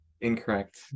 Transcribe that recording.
Incorrect